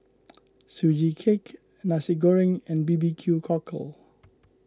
Sugee Cake Nasi Goreng and B B Q Cockle